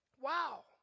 Wow